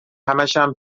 همشم